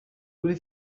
kuri